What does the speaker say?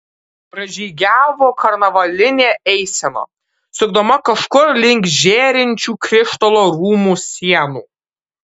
pražygiavo karnavalinė eisena sukdama kažkur link žėrinčių krištolo rūmų sienų